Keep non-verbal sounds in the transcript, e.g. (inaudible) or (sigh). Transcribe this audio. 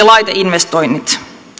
(unintelligible) laiteinvestoinnit